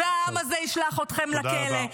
והעם הזה ישלח אתכם לכלא.